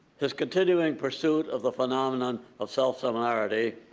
his continuing pursuit of the phenomenon of self-similarity,